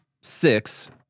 six